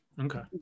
Okay